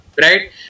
right